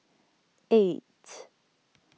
eight